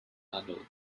annwyl